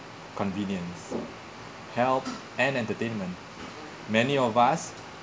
convenience, health and entertainment many of us